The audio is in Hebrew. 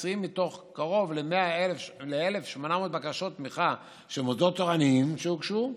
2020. מתוך קרוב ל-1,800 בקשות תמיכה של מוסדות תורניים שהוגשו,